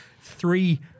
three